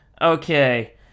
Okay